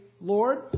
Lord